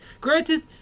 Granted